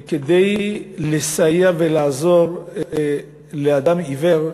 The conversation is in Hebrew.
כדי לסייע ולעזור לאדם עיוור,